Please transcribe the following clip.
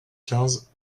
quinze